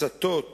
הצתות